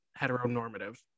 heteronormative